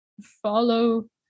follow